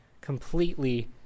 completely